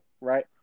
right